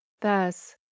Thus